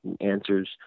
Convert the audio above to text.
answers